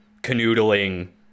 canoodling